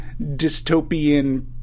dystopian